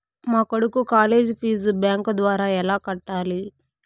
మా కొడుకు college fee bank ద్వారా ఎలా కట్టాలి?